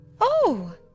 Oh